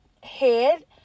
head